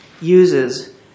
uses